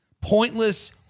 pointless